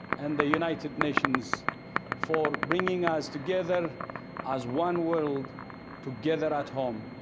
and the united nations for bringing us together as one world together at home.